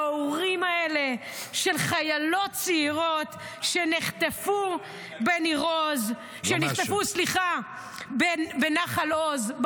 להורים האלה של חיילות צעירות שנחטפו בבסיס נחל עוז,